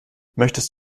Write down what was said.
möchtest